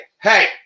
hey